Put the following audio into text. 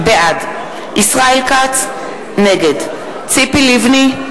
בעד ישראל כץ, נגד ציפי לבני,